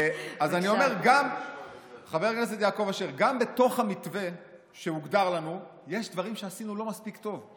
גם בתוך המתווה שהוגדר לנו יש דברים שעשינו לא מספיק טוב,